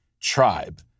tribe